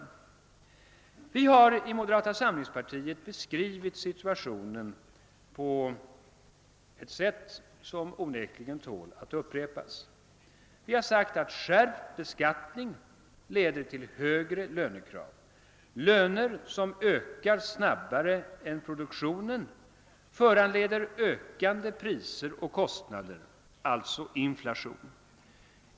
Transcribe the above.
Vi har i moderata samlingspartiet beskrivit situationen på ett sätt som onekligen tål att upprepas. Vi har sagt att skärpt beskattning leder till högre lönekrav. Löner som ökar snabbare än produktionen föranleder ökande priser och kostnader, alltså inflation.